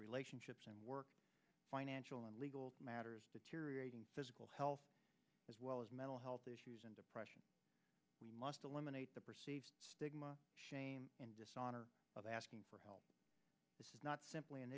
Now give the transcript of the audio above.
relationships and work financial and legal matters deteriorating physical health as well as mental health issues and depression we must eliminate the stigma in dishonor of asking for help this is not simply an